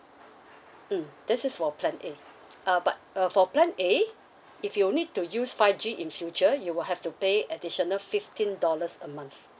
mm this is for plan A uh but uh for plan A if you need to use five G in future you will have to pay additional fifteen dollars a month